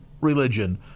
religion